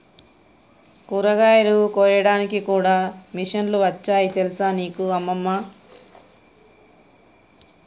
ఆకుకూరలు కోయడానికి కూడా మిషన్లు వచ్చాయి తెలుసా నీకు అమ్మమ్మ